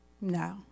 No